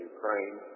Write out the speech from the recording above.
Ukraine